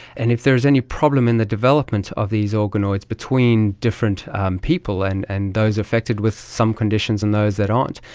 and if there's any problem in the development of these organoids between different people and and those affected with some conditions and those that aren't,